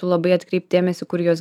labai atkreipt dėmesį kur jos